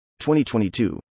2022